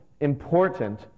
important